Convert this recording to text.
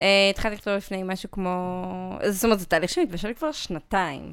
אה התחלתי לכתוב לפני משהו כמו... זאת אומרת זה תהליך שמתבשל לי כבר שנתיים.